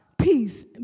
peace